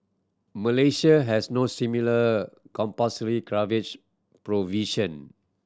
Malaysia has no similar compulsory coverage provision